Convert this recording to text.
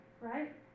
right